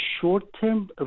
short-term